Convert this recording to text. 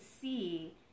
see